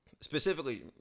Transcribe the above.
specifically